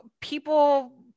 people